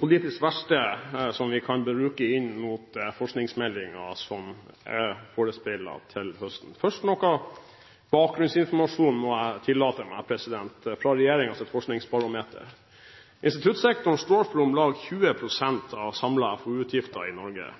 politisk verksted som vi kan bruke inn mot forskningsmeldingen, som er forespeilet oss til høsten. Først må jeg tillate meg å komme med noe bakgrunnsinformasjon fra regjeringens forskningsbarometer: Instituttsektoren står for om lag 20 pst. av de samlede FoU-utgifter i Norge.